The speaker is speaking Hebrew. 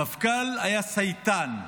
המפכ"ל היה צייתן.